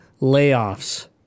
layoffs